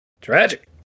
Tragic